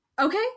Okay